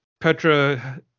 Petra